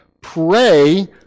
pray